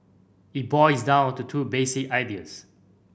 it boils down to two basic ideas